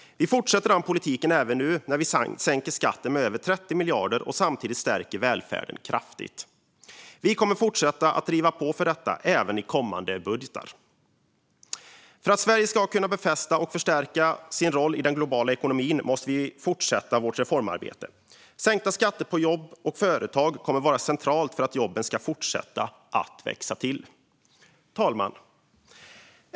Vi fortsätter den politiken även nu när vi sänker skatten med över 30 miljarder och samtidigt stärker välfärden kraftigt. Vi kommer att fortsätta att driva på för detta även i kommande budgetar. För att Sverige ska kunna befästa och förstärka sin roll i den globala ekonomin måste vi fortsätta vårt reformarbete. Sänkta skatter på jobb och företag kommer att vara centralt för att jobben ska fortsätta att växa till. Fru talman!